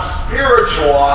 spiritual